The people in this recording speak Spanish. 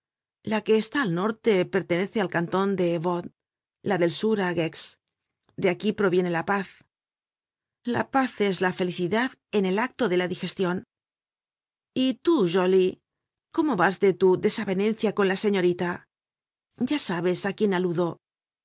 la que está al norte pertenece al canton de vaud la del sur á gex de aquí proviene la paz la paz es la felicidad en el acto de la digestion y tú jolllly cómo vas de tu desavenencia con la señorita ya sabes á quién aludo